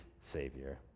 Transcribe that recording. Savior